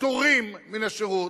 פטורים מהשירות,